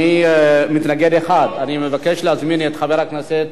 מתנגד אחד, אני מבקש להזמין את חבר הכנסת